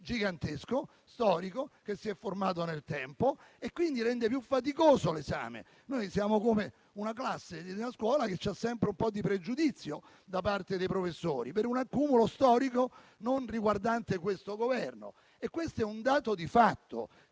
gigantesco, storico, che si è formato nel tempo e, quindi, rende più faticoso l'esame. Siamo come una classe di una scuola che subisce sempre un po' di pregiudizio da parte dei professori, per un accumulo storico non riguardante questo Governo: è un dato di fatto